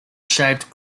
shaped